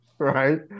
right